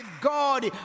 God